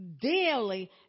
daily